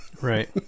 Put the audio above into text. Right